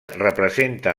representa